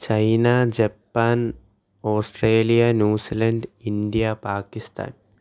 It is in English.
China Japan Australia New Zealand India Pakistan